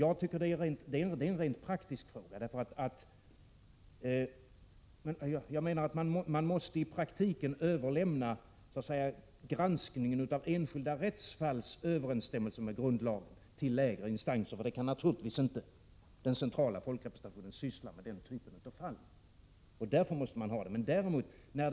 Det är en rent praktisk fråga — man måste i praktiken överlämna granskningen av enskilda rättsfalls överensstämmelse med grundlagen till lägre instanser. Den typen av fall kan naturligtvis inte den centrala folkrepresentationen syssla med. Därför måste man ha det på detta sätt.